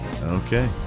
Okay